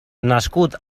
nascut